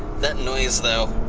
that noise though,